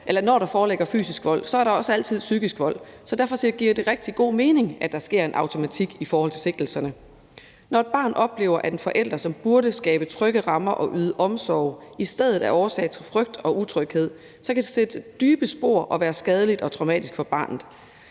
der, når der foreligger fysisk vold, også altid er psykisk vold. Så derfor giver det rigtig god mening, at der sker en automatik i forhold til sigtelserne. Når et barn oplever, at en forælder, som burde skabe trygge rammer og yde omsorg, i stedet er årsag til frygt og utryghed, så kan det sætte dybe spor og være skadeligt og traumatisk for barnet.